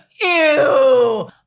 Ew